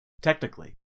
technically